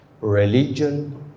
religion